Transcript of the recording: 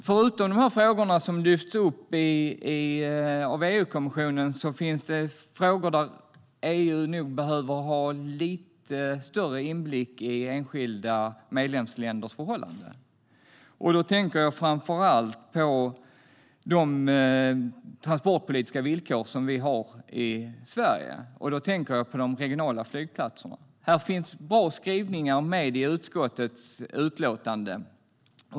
Förutom de frågor som tas upp av EU-kommissionen finns det frågor där EU nog behöver ha lite större inblick i enskilda medlemsländers förhållanden, framför allt i de transportpolitiska villkor som vi har i Sverige. Då tänker jag på de regionala flygplatserna. Här finns bra skrivningar med i utskottets utlåtande.